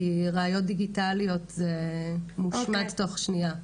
כי ראיות דיגיטליות זה מושמד תוך שנייה.